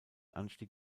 anstieg